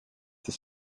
des